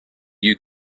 you